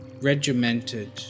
regimented